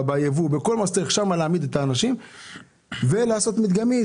גם ביבוא, גם בבדיקות מדגמיות